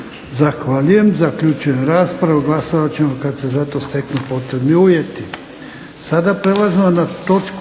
Zahvaljujem. Zaključujem raspravu. Glasovat ćemo kada se za to steknu potrebni uvjeti.